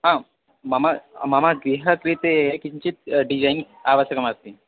आं मम मम गृहं कृते किञ्चित् डिज़ैन् आवश्यकमस्ति